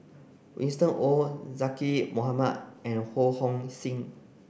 Winston Oh Zaqy Mohamad and Ho Hong Sing